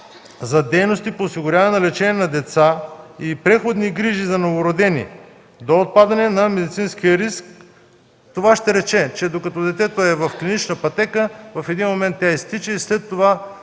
за дейностите по осигуряване лечение на деца и преходни грижи за новородени до отпадане на медицинския риск. Това ще рече, че докато детето е в клинична пътека, в един момент тя изтича и след това